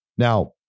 Now